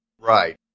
Right